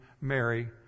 Mary